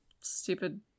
stupid